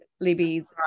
Libby's